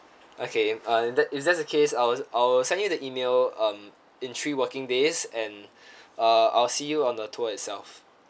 okay in that if that's the case I'll I'll send you the email um in three working days and uh I'll see you on the tour itself